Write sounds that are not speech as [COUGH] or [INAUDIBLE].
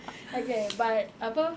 [LAUGHS] okay but apa